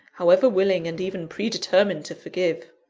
however willing and even predetermined to forgive.